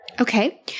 Okay